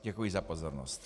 Děkuji za pozornost.